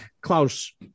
Klaus